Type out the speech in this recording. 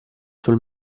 sul